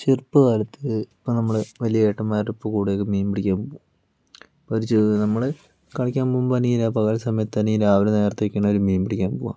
ചെറുപ്പകാലത്ത് ഇപ്പോൾ നമ്മൾ വലിയ ഏട്ടന്മാരുടെ കൂടെയൊക്കെ മീൻ പിടിക്കാൻ പോകും അവര് ചെയ്യുന്നത് നമ്മള് കളിക്കാൻ പോകുമ്പോൾ അല്ലെങ്കില് പകൽസമയത്ത് അല്ലെങ്കിൽ രാവിലെ നേരത്തെ ഒക്കെയാണ് അവര് മീൻ പിടിക്കാൻ പോകുക